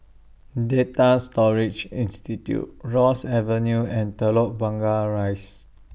Data Storage Institute Ross Avenue and Telok Blangah Rise